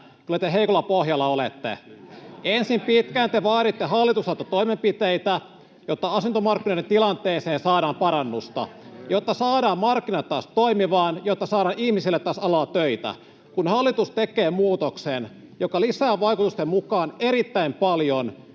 kyllä te heikolla pohjalla olette. [Vasemmalta: Ai jaa!] Ensin te pitkään vaaditte hallitukselta toimenpiteitä, jotta asuntomarkkinoiden tilanteeseen saadaan parannusta, jotta saadaan markkinat taas toimimaan, jotta saadaan ihmisille taas alalla töitä. Kun hallitus tekee muutoksen, joka lisää tutkimusten mukaan erittäin paljon